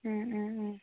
ഉം ഉം ഉം